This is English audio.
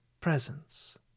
presence